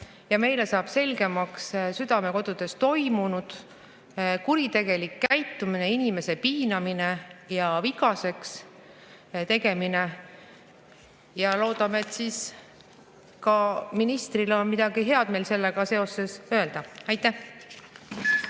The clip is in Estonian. ja meile saavad selgemaks Südamekodus toimunud kuritegeliku käitumise, inimese piinamise ja vigaseks tegemise [asjaolud]. Loodame, et ministril on ka midagi head meile sellega seoses öelda. Aitäh!